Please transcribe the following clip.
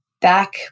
Back